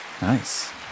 Nice